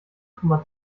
komma